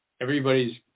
everybody's